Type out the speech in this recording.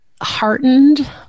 heartened